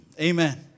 Amen